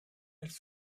elles